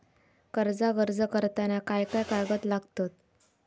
कर्जाक अर्ज करताना काय काय कागद लागतत?